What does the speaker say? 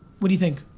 what do you think?